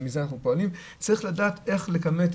אלא צריך לדעת איך לכמת,